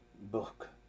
book